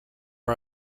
are